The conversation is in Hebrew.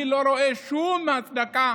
אני לא רואה שום הצדקה